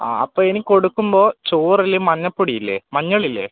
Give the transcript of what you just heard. ആ അപ്പോൾ ഇനി കൊടുക്കുമ്പോൾ ചോറിൽ മഞ്ഞൾപ്പൊടി ഇല്ലേ മഞ്ഞൾ ഇല്ലേ